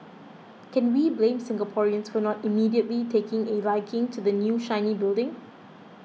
can we blame Singaporeans for not immediately taking a liking to the new shiny building